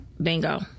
Bingo